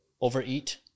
overeat